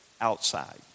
outside